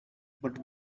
but